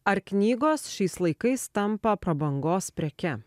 ar knygos šiais laikais tampa prabangos preke